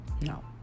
No